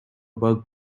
bug